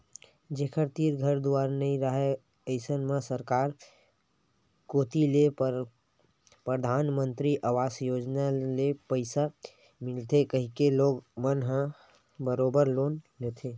जेखर तीर घर दुवार नइ राहय अइसन म सरकार कोती ले परधानमंतरी अवास योजना ले पइसा मिलथे कहिके लोगन मन ह बरोबर लोन लेथे